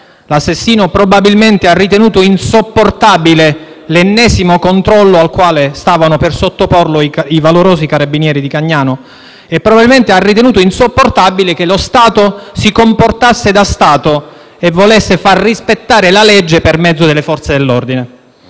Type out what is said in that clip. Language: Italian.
L'assassino probabilmente ha ritenuto insopportabile l'ennesimo controllo al quale stavano per sottoporlo i valorosi carabinieri di Cagnano, e probabilmente ha ritenuto insopportabile che lo Stato si comportasse da Stato, e volesse far rispettare la legge per mezzo delle Forze dell'ordine.